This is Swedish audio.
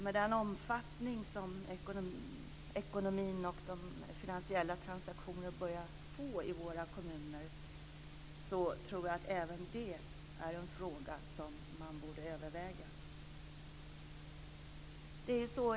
Med den omfattning som ekonomin och de finansiella transaktionerna börjar få i kommunerna tror jag att även detta är en fråga som man borde överväga.